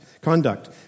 conduct